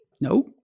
No